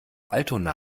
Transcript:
altona